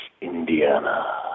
Indiana